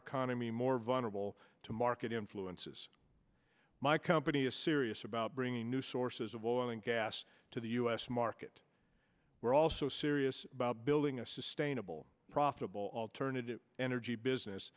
economy more vulnerable to market influences my company is serious about bringing new sources of oil and gas to the u s market we're also serious about building a sustainable profitable alternative energy business